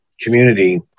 community